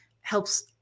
helps